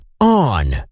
on